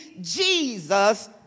Jesus